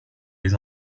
les